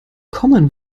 common